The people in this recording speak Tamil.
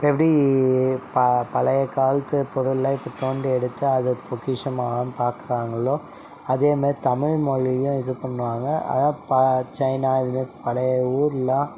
எப்படி ப பழையக்காலத்து புதையல்லாம் இப்போ தோண்டி எடுத்து அதை பொக்கிஷமாகவும் பார்க்குறாங்களோ அதேமாதிரி தமிழ் மொழியும் இது பண்ணுவாங்க அதுதான் சைனா இதுமாரி பழைய ஊரெலாம்